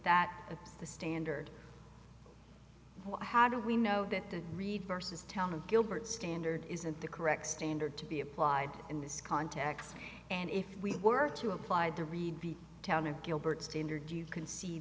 that the standard how do we know that the reed versus town of gilbert standard isn't the correct standard to be applied in this context and if we were to apply the read town of gilbert standard you can see